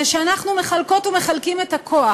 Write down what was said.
זה שאנחנו מחלקות ומחלקים את הכוח.